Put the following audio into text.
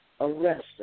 Arrest